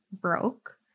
broke